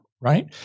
right